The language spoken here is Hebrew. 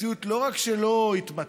המציאות לא רק שלא התמתנה,